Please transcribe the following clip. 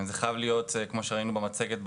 כמו שראינו במצגת,